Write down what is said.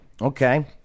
Okay